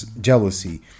jealousy